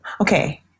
okay